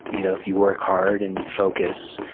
you know if you work hard and you focus,